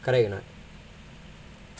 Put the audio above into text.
correct or not